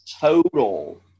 total